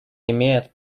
имеет